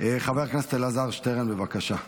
חבר הכנסת אלעזר שטרן, בבקשה.